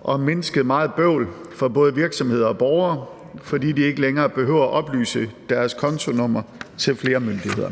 og mindsket meget bøvl for både virksomheder og borgere, fordi de ikke længere behøver at oplyse deres kontonummer til flere myndigheder.